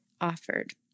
offered